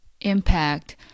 impact